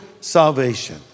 salvation